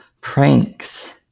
Pranks